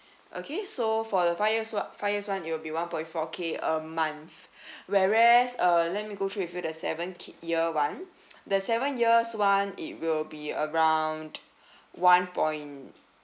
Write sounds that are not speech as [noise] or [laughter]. okay so for the five years o~ five years [one] it'll be one point four K a month [breath] whereas uh let me go through with you the seven k~ year [one] the seven years [one] it will be around one point